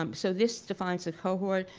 um so this defines the cohort,